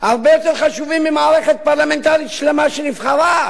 הרבה יותר חשובים ממערכת פרלמנטרית שלמה שנבחרה.